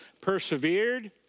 persevered